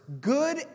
good